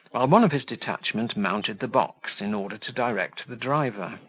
while one of his detachment mounted the box, in order to direct the driver.